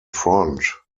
front